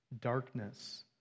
Darkness